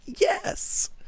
yes